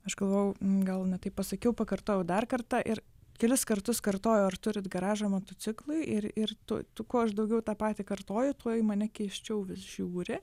aš galvojau gal ne taip pasakiau pakartojau dar kartą ir kelis kartus kartoju ar turit garažą motociklui ir ir tu tu kuo aš daugiau tą patį kartoju tuo į mane keisčiau vis žiūri